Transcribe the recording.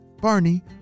Barney